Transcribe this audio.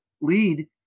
lead